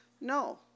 No